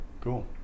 Cool